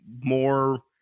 more